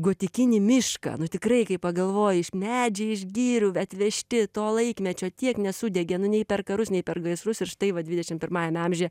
gotikinį mišką nu tikrai kai pagalvoji iš medžiai iš girių atvežti to laikmečio tiek nesudegė nu nei per karus nei per gaisrus ir štai va dvidešim pirmajame amžiuje